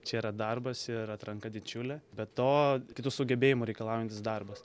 čia yra darbas ir atranka didžiulė be to kitų sugebėjimų reikalaujantis darbas